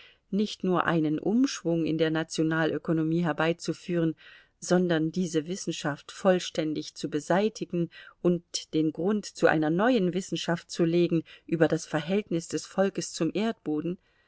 nicht nur einen umschwung in der nationalökonomie herbeizuführen sondern diese wissenschaft vollständig zu beseitigen und den grund zu einer neuen wissenschaft zu legen über das verhältnis des volkes zum erdboden